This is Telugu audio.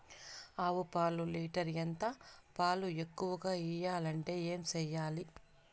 ఆవు పాలు లీటర్ ఎంత? పాలు ఎక్కువగా ఇయ్యాలంటే ఏం చేయాలి?